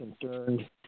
concerned